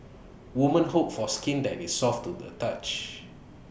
women hope for skin that is soft to the touch